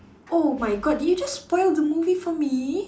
oh my god did you just spoil out the movie for me